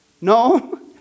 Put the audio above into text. No